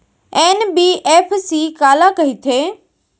NBFC काला कहिथे?